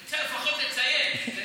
את זה לפחות תציין.